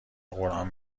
قرآن